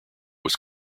was